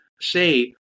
say